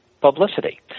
publicity